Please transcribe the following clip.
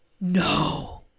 No